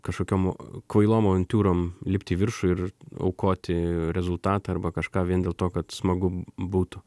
kažkokiom kvailom avantiūrom lipti į viršų ir aukoti rezultatą arba kažką vien dėl to kad smagu būtų